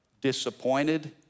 disappointed